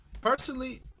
Personally